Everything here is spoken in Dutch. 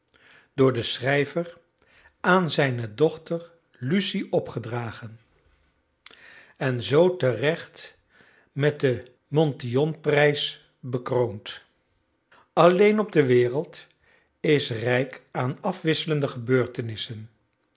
door den schrijver aan zijne dochter lucie opgedragen en zoo terecht met den montyon prijs bekroond alleen op de wereld is rijk aan afwisselende gebeurtenissen